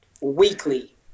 weekly